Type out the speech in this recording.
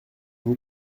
vous